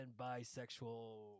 bisexual